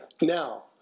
Now